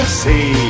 see